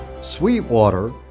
Sweetwater